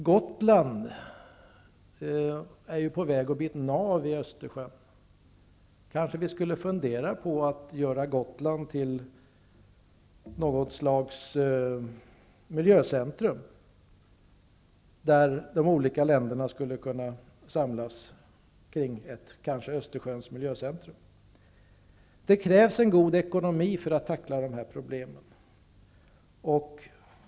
Gotland är ju på väg att bli ett nav i Östersjön. Vi kanske skulle fundera på att göra Gotland till något slags miljöcentrum, där de olika länderna kan samlas kring ett Östersjöns miljöcentrum. Det krävs en god ekonomi för att tackla dessa problem.